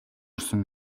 орсон